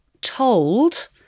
told